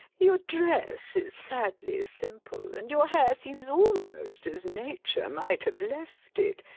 your dress is sadly simple, and your hair seems almost as nature might have left it.